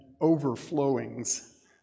overflowings